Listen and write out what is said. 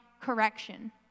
correction